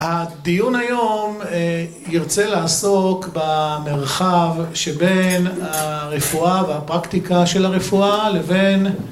הדיון היום ירצה לעסוק במרחב שבין הרפואה והפרקטיקה של הרפואה לבין